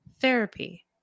therapy